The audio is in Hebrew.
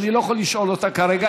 ואני לא יכול לשאול אותה כרגע.